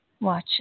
Watch